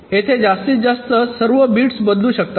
येथे जास्तीत जास्त सर्व बिट्स बदलू शकतात